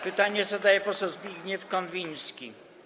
Pytanie zadaje poseł Zbigniew Konwiński.